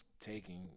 taking